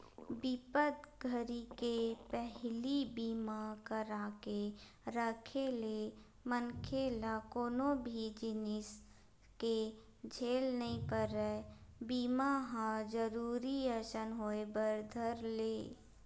बिपत घरी के पहिली बीमा करा के राखे ले मनखे ल कोनो भी जिनिस के झेल नइ परय बीमा ह जरुरी असन होय बर धर ले